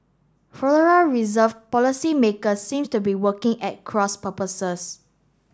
Reserve policymakers seems to be working at cross purposes